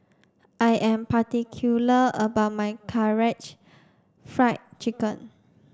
I am particular about my Karaage Fried Chicken